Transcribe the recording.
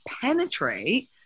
penetrate